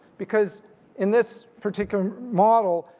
because in this particular model,